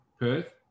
Perth